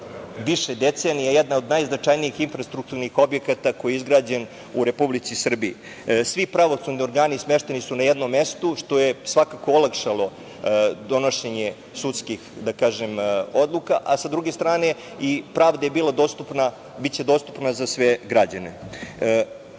više decenija jedna od najznačajnijih infrastrukturnih objekata koja je izgrađena u Republici Srbiji. Svi pravosudni organi smešteni su na jednom mestu, što je svakako olakšalo donošenje sudskih odluka, a sa druge strane, pravda je bila dostupna, biće dostupna za sve građane. Ukazao